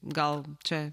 gal čia